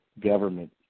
government